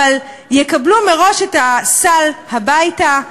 אבל יקבלו מראש את הסל הביתה,